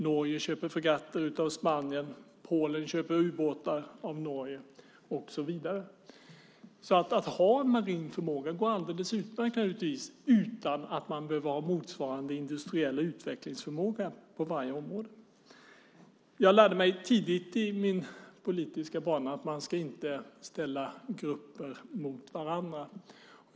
Norge köper fregatter av Spanien. Polen köper ubåtar av Norge och så vidare. Att ha en marin förmåga går alltså alldeles utmärkt utan att man behöver ha motsvarande industriella utvecklingsförmåga på varje område. Jag lärde mig tidigt under min politiska bana att man inte ska ställa grupper mot varandra.